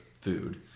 food